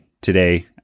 today